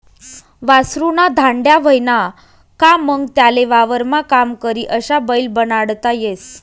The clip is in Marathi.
वासरु ना धांड्या व्हयना का मंग त्याले वावरमा काम करी अशा बैल बनाडता येस